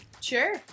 Sure